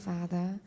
Father